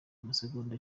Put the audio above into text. amasegonda